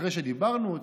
אחרי שדיברנו,